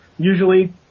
Usually